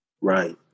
Right